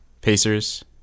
Pacers